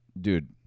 Dude